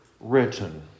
written